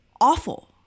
Awful